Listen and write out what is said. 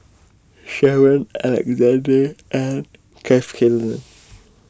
Sharen Alexande and Kath Killer